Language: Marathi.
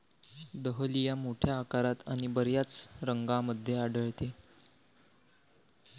दहलिया मोठ्या आकारात आणि बर्याच रंगांमध्ये आढळते